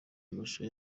amashusho